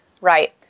Right